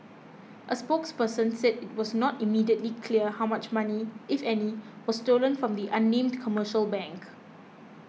a spokesperson said it was not immediately clear how much money if any was stolen from the unnamed commercial bank